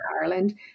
Ireland